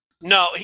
No